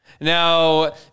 Now